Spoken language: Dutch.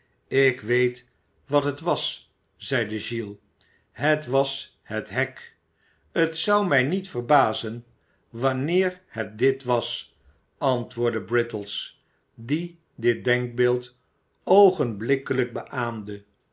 ik weet wat het was zeide giles het was het hek t zou mij niet verbazen wanneer het dit was antwoordde brittles die dit denkbeeld oogenblikkelijk beaamde